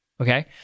okay